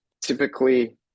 typically